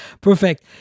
Perfect